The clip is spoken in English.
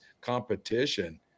competition